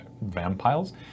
vampires